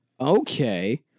Okay